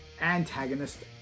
antagonist